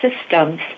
systems